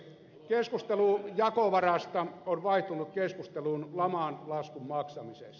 keskustelu jakovarasta on vaihtunut keskusteluun laman laskun maksamisesta